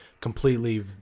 completely